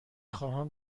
خواهم